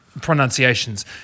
pronunciations